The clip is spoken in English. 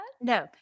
No